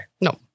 No